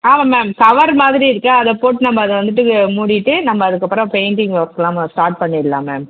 ஆமாம் ma'am cover மாதிரி இருக்கு அதை போட்டு நம்ப அதை வந்துட்டு மூடிவிட்டு நம்ப அதற்கப்பறோம் பெயிண்டிங் ஒர்க் எல்லாம் நான் ஸ்டார்ட் பண்ணிரலாம் மேம்